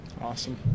Awesome